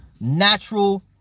natural